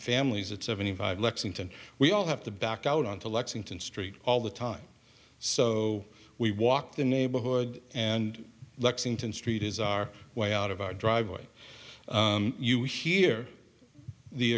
families at seventy five lexington we all have to back out on to lexington street all the time so we walk the neighborhood and lexington street is our way out of our driveway you hear the